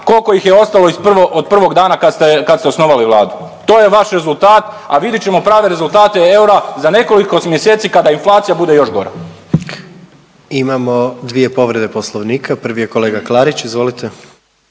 koliko ih je ostalo iz prvog, od prvog dana kad ste osnovali Vladu. To je vaš rezultat, a vidjet ćemo prave rezultate eura za nekoliko mjeseci kada inflacija bude još gora. **Jandroković, Gordan (HDZ)** Imamo dvije povrede Poslovnika. Prvi je kolega Klarić, izvolite.